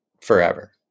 forever